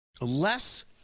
Less